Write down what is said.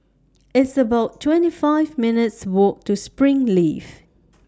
It's about twenty five minutes' Walk to Springleaf